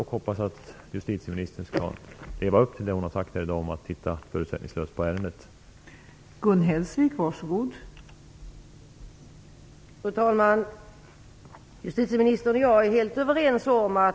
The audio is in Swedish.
Jag hoppas att justitieministern lever upp till det som hon sagt här i dag - att hon förutsättningslöst skall titta på ärendet.